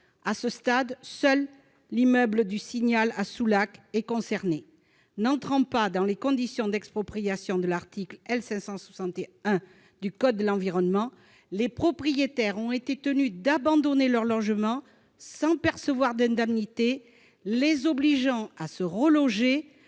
À ce stade, seul l'immeuble Le Signal à Soulac-sur-Mer est concerné. N'entrant pas dans les conditions d'expropriation de l'article L. 561-1 du code précité, les propriétaires ont été tenus d'abandonner leur logement sans percevoir d'indemnités et contraints de se reloger